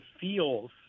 feels